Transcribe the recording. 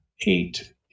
eight